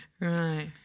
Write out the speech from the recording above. Right